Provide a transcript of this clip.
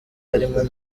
harimo